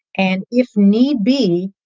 and if need be,